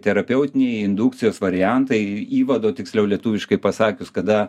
terapeutiniai indukcijos variantai įvado tiksliau lietuviškai pasakius kada